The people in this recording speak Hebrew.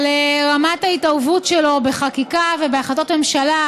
על רמת ההתערבות שלו בחקיקה ובהחלטות הממשלה,